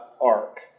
arc